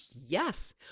yes